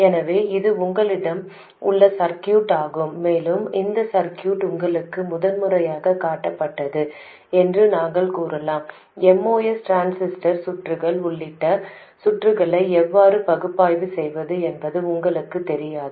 எனவே இது உங்களிடம் உள்ள சர்க்யூட் ஆகும் மேலும் இந்த சர்க்யூட் உங்களுக்கு முதன்முறையாகக் காட்டப்பட்டது என்று நாங்கள் கூறலாம் MOS டிரான்சிஸ்டர் சுற்றுகள் உள்ளிட்ட சுற்றுகளை எவ்வாறு பகுப்பாய்வு செய்வது என்பது உங்களுக்குத் தெரியாது